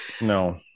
no